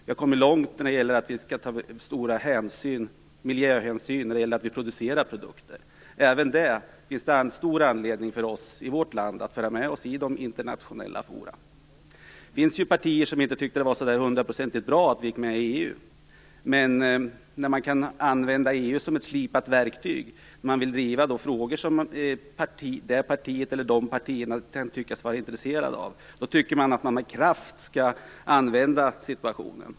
Vi har kommit långt med att ta stor miljöhänsyn när vi framställer produkter. Även detta finns det stor anledning för oss i vårt land att föra med oss i internationella forum. Det finns partier som inte tyckte att det var hundraprocentigt bra att Sverige gick med i EU. Men när man kan använda EU som ett slipat verktyg om man vill driva frågor som ett parti eller flera partier kan tyckas vara intresserade av, skall man med kraft utnyttja situationen.